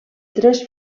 tres